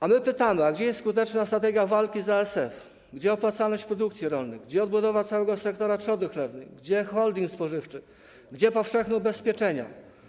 A my pytamy: Gdzie jest skuteczna strategia walki z ASF, gdzie opłacalność produkcji rolnej, gdzie odbudowa całego sektora trzody chlewnej, gdzie holding spożywczy, gdzie powszechne ubezpieczenia?